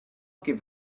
give